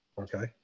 okay